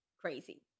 crazy